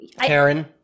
karen